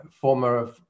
former